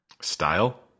Style